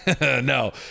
no